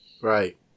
Right